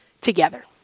together